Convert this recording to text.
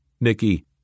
Nicky